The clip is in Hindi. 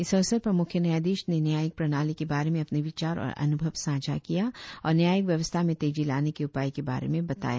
इस अवसर पर मुख्य न्यायाधीश ने न्यायिक प्रणाली के बारे में अपने विचार और अनुभव सांझा किया और न्याययिक व्यवस्था में तेजी लाने के उपाय के बारे में बताया